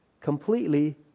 completely